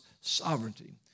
sovereignty